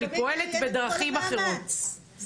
אני פועלת בדרכים אחרות.